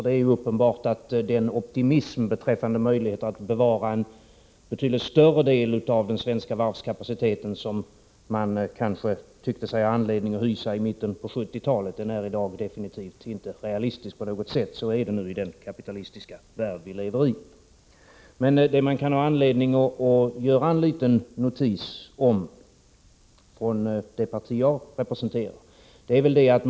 Det är dock uppenbart att den optimism beträffande möjligheterna att bevara en betydligt större del av den svenska varvskapaciteten än man kanske tyckte sig ha anledning att hoppas på i mitten av 1970-talet i dag absolut inte på något sätt är realistisk — så är det nu bara i vår kapitalistiska värld. Det kan finnas anledning för oss som tillhör det parti som jag representerar att göra följande lilla notis.